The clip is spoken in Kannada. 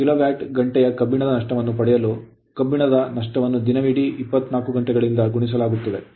ಕಿಲೋವ್ಯಾಟ್ ಗಂಟೆಯ ಕಬ್ಬಿಣದ ನಷ್ಟವನ್ನು ಪಡೆಯಲು ಕಬ್ಬಿಣದ ನಷ್ಟವನ್ನು ದಿನವಿಡೀ 24 ಗಂಟೆಗಳಿಂದ ಗುಣಿಸಲಾಗುತ್ತದೆ